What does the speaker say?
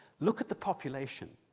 look at the population,